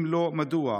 2. אם לא, מדוע?